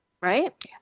Right